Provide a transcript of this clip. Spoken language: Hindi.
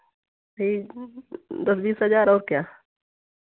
दस बीस हज़ार और क्या